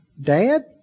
Dad